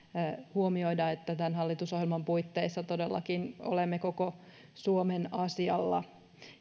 huomioida että tämän hallitusohjelman puitteissa todellakin olemme koko suomen asialla